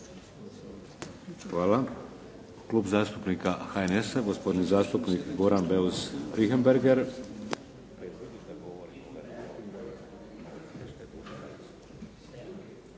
Hvala. Klub zastupnika HNS-a, gospodin zastupnik Goran Beus Richembergh. **Beus